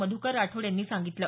मध्कर राठोड यांनी सांगितलं